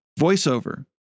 VoiceOver